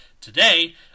Today